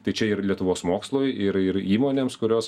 tai čia ir lietuvos mokslui ir ir įmonėms kurios